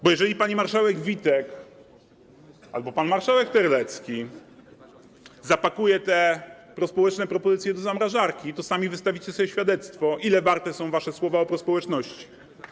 Bo jeżeli pani marszałek Witek, albo pan marszałek Terlecki, zapakuje te prospołeczne propozycje do zamrażarki, to sami wystawicie sobie świadectwo, ile warte są wasze słowa o prospołeczności.